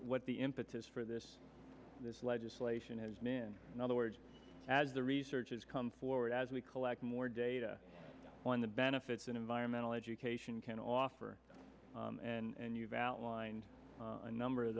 what the impetus for this this legislation has been in other words as the research has come forward as we collect more data on the benefits in environmental education can offer and you've outlined a number of